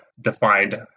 defined